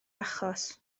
achos